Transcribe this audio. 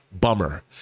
bummer